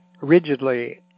rigidly